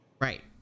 Right